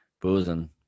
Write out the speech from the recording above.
boozing